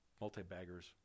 multi-baggers